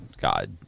God